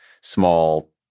small